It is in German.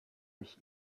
ich